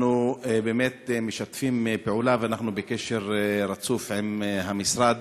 באמת משתפים פעולה ואנחנו בקשר רצוף עם המשרד